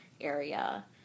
area